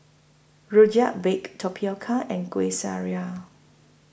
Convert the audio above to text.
Rojak Baked Tapioca and Kueh Syara